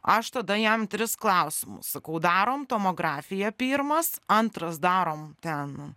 aš tada jam tris klausimus sakau darom tomografiją pirmas antras darom ten